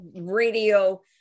radio